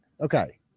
Okay